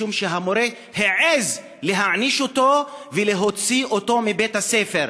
משום שהמורה העז להעניש אותו ולהוציא אותו מבית-הספר.